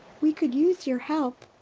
we could use your help.